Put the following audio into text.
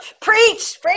Preach